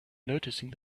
noticing